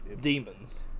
Demons